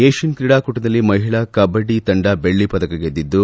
Asian ಕ್ರೀಡಾಕೂಟದಲ್ಲಿ ಮಹಿಳಾ ಕಬ್ಬಡಿ ತಂಡ ಬೆಳ್ಳಿ ಪದಕ ಗೆದ್ದಿದ್ದು